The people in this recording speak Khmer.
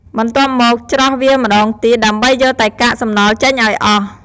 បន្ទាប់មក ច្រោះវាម្តងទៀត ដើម្បីយកតែកាកសំណល់ចេញឱ្យអស់។